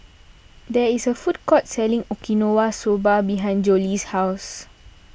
there is a food court selling Okinawa Soba behind Jolie's house